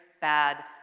bad